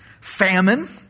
Famine